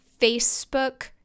Facebook